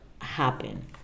happen